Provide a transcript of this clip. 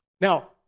Now